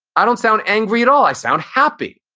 i don't sound angry at all. i sound happy.